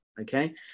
Okay